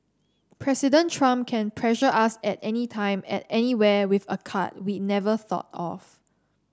President Trump can pressure us at anytime at anywhere with a card we never thought of